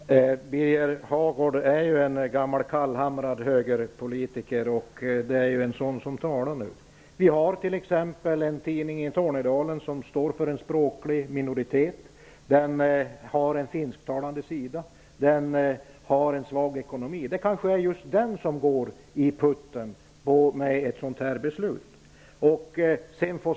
Fru talman! Birger Hagård är ju en gammal kallhamrad politiker, och det är en sådan som talar nu. Vi har t.ex. en tidning i Tornedalen som skriver för en språklig minoritet på sin finska sida, men den tidningen har en svag ekonomi. Kanske blir det just den som går omkull i och med ett sådant här beslut.